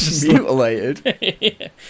Mutilated